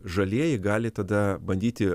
žalieji gali tada bandyti